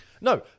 No